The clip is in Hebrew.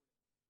וכו'.